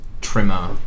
trimmer